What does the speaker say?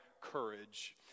courage